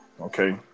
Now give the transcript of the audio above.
Okay